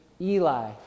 Eli